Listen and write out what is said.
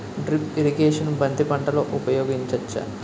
Drip irrigation బంతి పంటలో ఊపయోగించచ్చ?